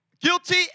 Guilty